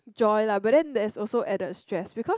joy lah but then there's also added stress because